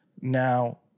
Now